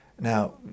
Now